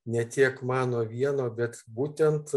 ne tiek mano vieno bet būtent